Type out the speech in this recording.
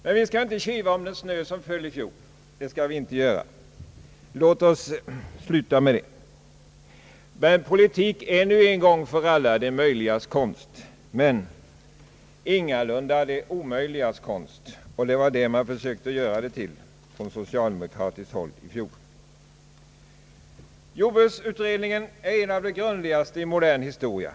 Men vi skall inte kivas om den snö som föll i fjol. Låt oss upphöra med det! Politiken är nu en gång för alla det möjligas konst. Den är dock ingalunda det omöjligas konst, och det var detta man försökte göra den till i fjol från socialdemokratiskt håll. Jordbruksutredningen är en av de grundligaste utredningarna i modern historia.